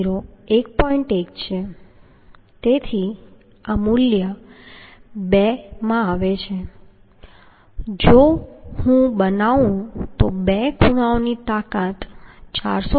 1 છે તેથી આ મૂલ્ય 2 માં આવે છે જો હું બનાવું તો બે ખૂણાઓની કુલ તાકાત 415